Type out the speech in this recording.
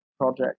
Project